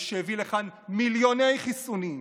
האיש שהביא לכאן מיליוני חיסונים,